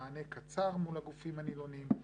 מענה קצר מול הגופים הנילונים,